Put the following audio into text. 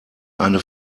eine